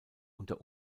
unter